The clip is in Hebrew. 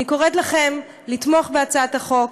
אני קוראת לכם לתמוך בהצעת החוק.